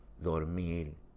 dormir